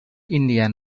indian